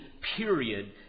period